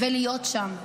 להיות שם.